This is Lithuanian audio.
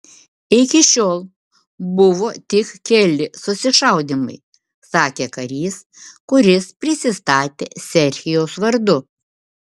iki šiol buvo tik keli susišaudymai sakė karys kuris prisistatė serhijaus vardu